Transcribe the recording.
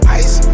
ice